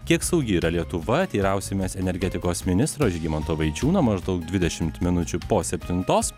kiek saugi yra lietuva teirausimės energetikos ministro žygimanto vaičiūno maždaug dvidešimt minučių po septintos